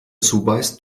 zubeißt